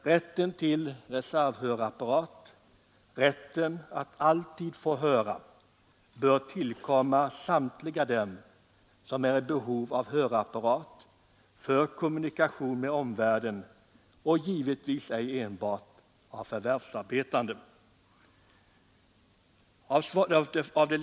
Rätten till reservhörapparat — alltså rätten att alltid kunna höra — bör tillkomma samtliga som är i behov av hörapparat för kommunikation med omvärlden, givetvis inte enbart förvärvsarbetande människor.